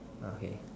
okay